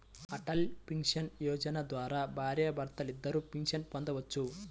Atal pension Yojana ద్వారా భార్యాభర్తలిద్దరూ pension పొందొచ్చు